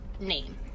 name